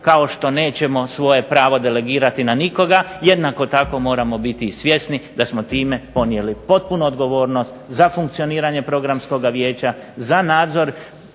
kao što nećemo svoje pravo delegirati na nikoga. Jednako tako moramo biti i svjesni da smo time ponijeli potpunu odgovornost za funkcioniranje Programskoga vijeća, za nadzor